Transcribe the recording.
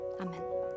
Amen